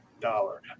dollar